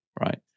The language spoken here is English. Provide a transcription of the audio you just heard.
right